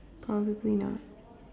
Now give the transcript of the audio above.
probably